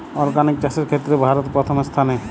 organic চাষের ক্ষেত্রে ভারত প্রথম স্থানে